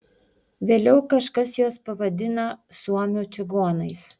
vėliau kažkas juos pavadina suomių čigonais